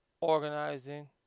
organizing